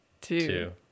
two